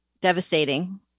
devastating